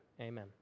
amen